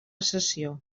sessió